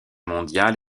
mondiale